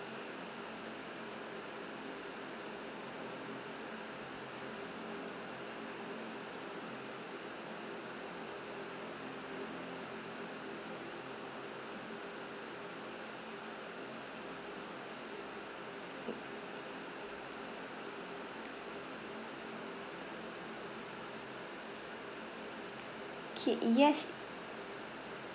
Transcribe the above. okay yes